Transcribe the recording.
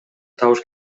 табыш